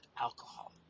alcohol